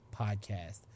Podcast